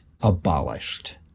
abolished